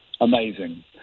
Amazing